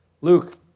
Luke